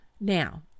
Now